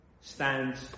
stands